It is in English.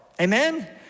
amen